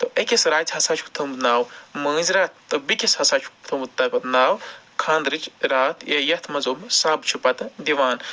تہٕ أکِس راژِ ہسا چھِ تھومُت ناو مٲنٛزۍ راتھ تہٕ بیٚکِس ہسا چھِ تھومُت ناو خانٛدرٕچ رات یَتھ منٛز اومہٕ سَب چھِ پتہٕ دِوان